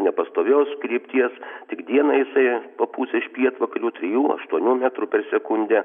nepastovios krypties tik dieną jisai papūs iš pietvakarių trijų aštuonių metrų per sekundę